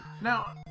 Now